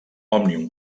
òmnium